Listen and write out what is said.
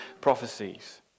prophecies